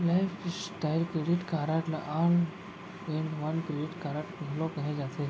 lifestyle credit card ल all in one credit card घलो केहे जाथे